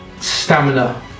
stamina